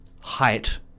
height